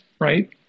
right